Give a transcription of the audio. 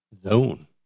Zone